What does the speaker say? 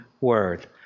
word